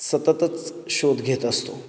सततच शोध घेत असतो